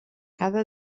cada